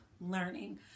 learning